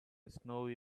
snowy